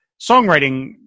songwriting